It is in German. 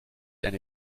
eine